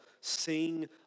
sing